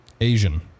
Asian